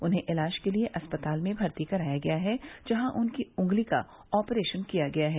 उन्हें इलाज के लिये अस्पताल में भर्ती कराया गया है जहां उनकी उंगली का ऑपरेशन किया गया है